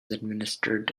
administered